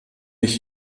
ich